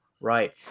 right